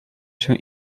się